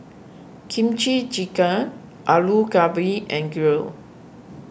Kimchi Jjigae Alu Gobi and girl